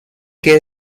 que